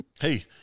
Hey